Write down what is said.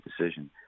decision